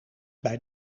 bij